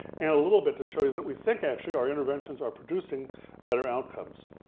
and a little bit to show you that we think actually our interventions are producing better outcomes.